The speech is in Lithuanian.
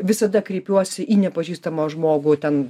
visada kreipiuosi į nepažįstamą žmogų ten